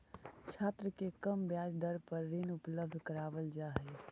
छात्र के कम ब्याज दर पर ऋण उपलब्ध करावल जा हई